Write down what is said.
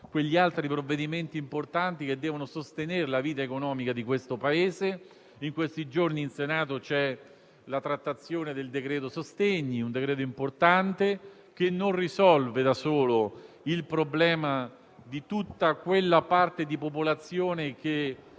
campo altri provvedimenti importanti che devono sostenere la vita economica del nostro Paese. In questi giorni in Senato è in corso l'esame del decreto-legge sostegni, un testo importante che non risolve da solo il problema di tutta quella parte di popolazione che